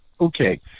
Okay